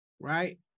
right